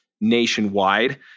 nationwide